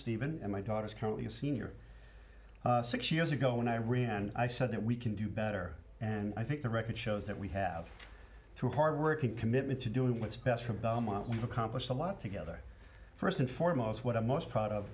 steven and my daughter's currently a senior six years ago when i ran and i said that we can do better and i think the record shows that we have through hard work and commitment to doing what's best for belmont we've accomplished a lot together first and foremost what i'm most proud of